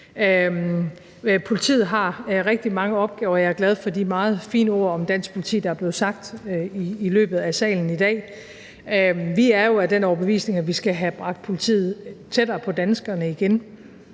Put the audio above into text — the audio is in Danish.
Politiet har rigtig mange opgaver, og jeg er glad for de meget fine ord om dansk politi, der er blevet sagt i salen i dag. Vi er jo af den overbevisning, at vi skal have bragt politiet tættere på danskerne igen.